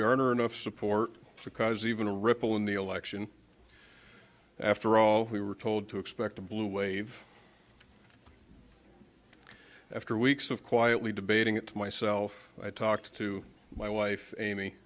garner enough support to cause even a ripple in the election after all we were told to expect a blue wave after weeks of quietly debating it myself i talked to my wife amy